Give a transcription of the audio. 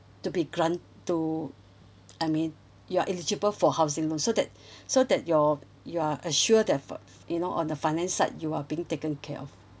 to be grant to I mean you are eligible for housing loan so that so that your you are assured that for you know on the finance side you are being taken care of